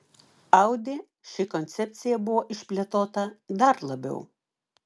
audi ši koncepcija buvo išplėtota dar labiau